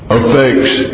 affects